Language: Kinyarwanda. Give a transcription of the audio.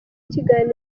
ikiganiro